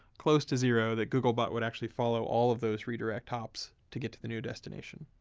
close to zero, that googlebot would actually follow all of those redirect hops to get to the new destination.